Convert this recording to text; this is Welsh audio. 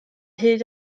hyd